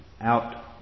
out